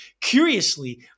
Curiously